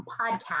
podcast